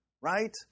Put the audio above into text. right